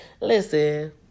Listen